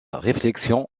réflexion